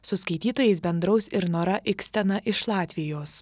su skaitytojais bendraus ir nora ikstena iš latvijos